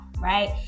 right